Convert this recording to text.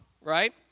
right